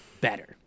better